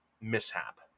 mishap